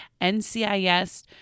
NCIS